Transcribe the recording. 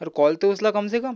अरे कॉल तर उचला कम से कम